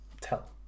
tell